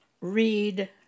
read